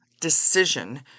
decision